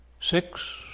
Six